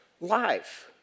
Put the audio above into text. life